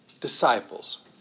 disciples